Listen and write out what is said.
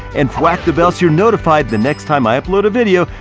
and whack the bell so you're notified the next time i upload a video.